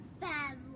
bad